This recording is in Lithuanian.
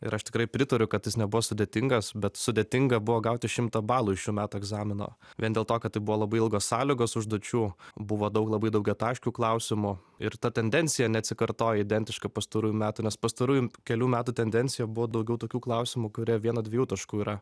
ir aš tikrai pritariu kad jis nebuvo sudėtingas bet sudėtinga buvo gauti šimtą balų iš šių metų egzamino vien dėl to kad tai buvo labai ilgos sąlygos užduočių buvo daug labai daugiataškių klausimų ir ta tendencija neatsikartoja identiška pastarųjų metų nes pastarųjų kelių metų tendencija buvo daugiau tokių klausimų kurie vieno dviejų taškų yra